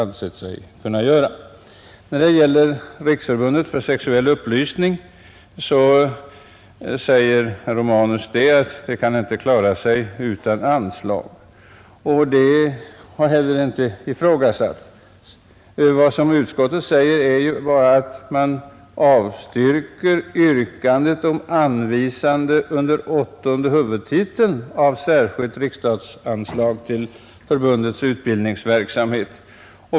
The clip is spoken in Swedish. Beträffande Riksförbundet för sexuell upplysning sade herr Romanus att förbundet inte kan klara sig utan statsanslag. Det har heller inte ifrågasatts. Utskottet skriver att utskottet avstyrker yrkandet om anvisande av medel under åttonde huvudtiteln som ett särskilt anslag till förbundets utbildningsverksamhet.